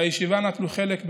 בישיבה נטלו חלק,